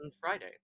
Friday